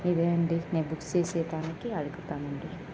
ఇదే అండి నేను బుక్ చేసేదానికి అడుగుతామండి